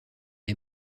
est